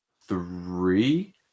three